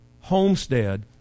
homestead